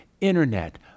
internet